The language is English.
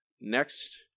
next